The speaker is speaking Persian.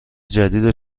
جدید